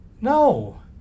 No